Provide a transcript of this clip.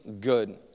good